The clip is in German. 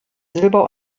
silber